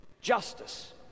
justice